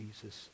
Jesus